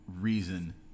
reason